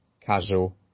casual